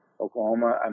Oklahoma